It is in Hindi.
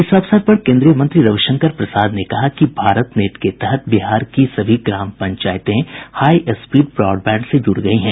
इस अवसर पर केंद्रीय मंत्री रविशंकर प्रसाद ने कहा कि भारतनेट के तहत बिहार की सभी ग्राम पंचायतें हाई स्पीड ब्रॉडबैंड से जुड़ गई हैं